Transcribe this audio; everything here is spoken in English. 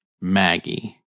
Maggie